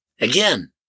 again